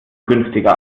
günstiger